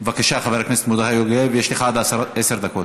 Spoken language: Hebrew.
בבקשה, חבר הכנסת מרדכי יוגב, יש לך עד עשר דקות.